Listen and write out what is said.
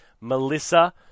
Melissa